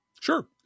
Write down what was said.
Sure